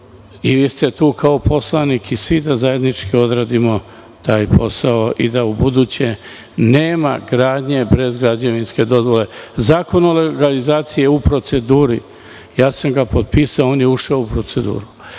Vi ste tu kao poslanik i svi da zajednički odradimo taj posao i da ubuduće nema gradnje bez građevinske dozvole. Zakon o legalizaciji je u proceduri, potpisao sam ga i on je ušao u proceduru.